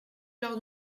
lors